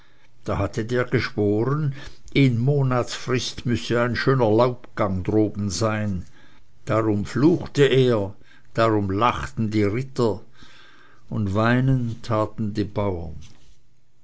da hatte der geschworen in monatsfrist müßte ein schöner laubgang droben sein darum fluchte er darum lachten die ritter und weinen taten die bauren